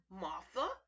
martha